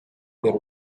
their